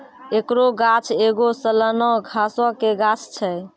एकरो गाछ एगो सलाना घासो के गाछ छै